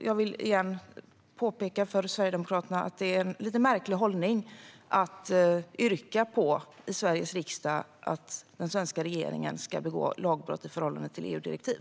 Jag vill återigen påpeka för Sverigedemokraterna att de har en lite märklig hållning när de i Sveriges riksdag yrkar bifall till att den svenska regeringen ska begå lagbrott i förhållande till ett EU-direktiv.